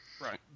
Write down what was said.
right